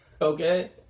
Okay